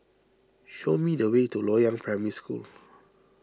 show me the way to Loyang Primary School